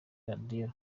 radio